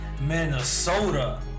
Minnesota